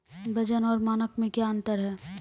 वजन और मानक मे क्या अंतर हैं?